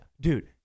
dude